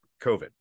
covid